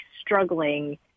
struggling